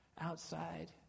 outside